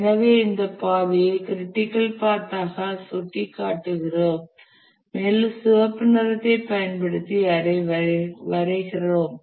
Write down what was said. எனவே இந்த பாதையை க்ரிட்டிக்கல் பாத் ஆக சுட்டிக்காட்டுகிறோம் மேலும் சிவப்பு நிறத்தைப் பயன்படுத்தி அதை வரைவோம்